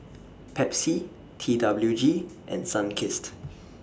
Pepsi T W G and Sunkist